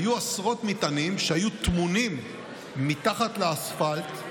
היו עשרות מטענים שהיו טמונים מתחת לאספלט,